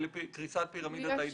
אבל מה לגבי קריסת פירמידת איי די בי?